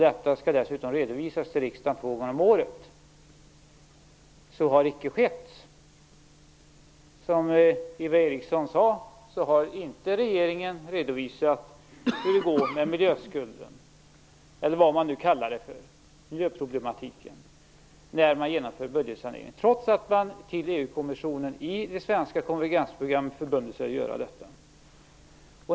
Detta skall dessutom redovisas till riksdagen två gånger om året. Så har icke skett. Som Eva Eriksson sade har regeringen inte redovisat hur det går med miljöskulden - eller miljöproblematiken, eller vad man nu kallar det för - när man genomför budgetsaneringen, trots att man till EU-kommissionen i det svenska konvergensprogrammet har förbundit sig att göra detta.